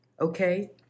Okay